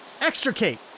extricate